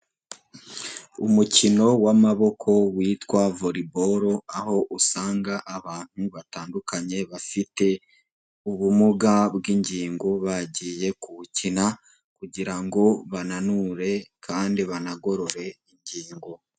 Umukino w'amaboko witwa volleyball aho usanga abantu batandukanye bafite ubumuga bw'ingingo bagiye kuwukina, kugira ngo bananure kandi banagorore ingingo.